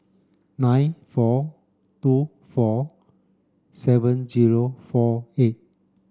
nine four two four seven headquarters four eight